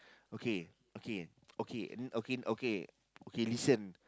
okay okay okay okay okay okay listen